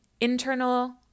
internal